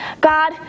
God